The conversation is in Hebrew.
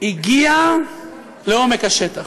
הגיעה לעומק השטח.